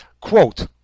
quote